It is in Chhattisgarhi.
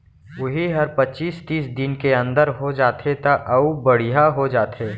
उही हर पचीस तीस दिन के अंदर हो जाथे त अउ बड़िहा हो जाथे